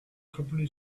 company